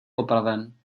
popraven